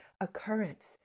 occurrence